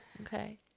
Okay